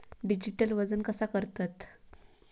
Digital वजन कसा करतत?